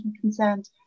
concerned